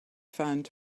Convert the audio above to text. found